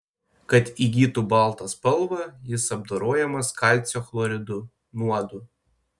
kad įgytų baltą spalvą jis apdorojamas kalcio chloridu nuodu